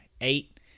eight